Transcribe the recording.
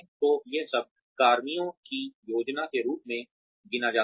तो यह सब कर्मियों की योजना के रूप में गिना जाता है